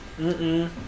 mm-mm